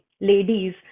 ladies